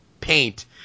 paint